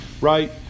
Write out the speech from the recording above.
right